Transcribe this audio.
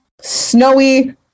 snowy